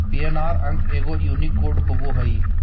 PNR अंक एगो unique code होबो हइ